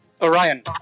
Orion